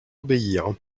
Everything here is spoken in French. obéir